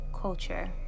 culture